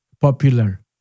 popular